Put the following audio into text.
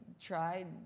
tried